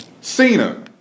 Cena